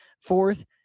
Fourth